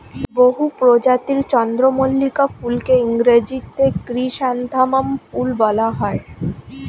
বহু প্রজাতির চন্দ্রমল্লিকা ফুলকে ইংরেজিতে ক্রিস্যান্থামাম ফুল বলা হয়